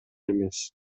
эмес